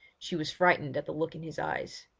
she was frightened at the look in his eyes.